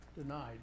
denied